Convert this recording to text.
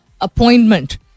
appointment